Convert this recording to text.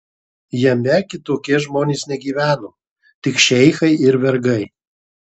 jame kitokie žmonės negyveno tik šeichai ir vergai